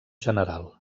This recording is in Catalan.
general